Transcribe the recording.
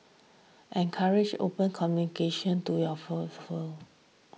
encourage open communication to your full full